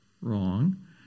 wrong